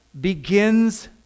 begins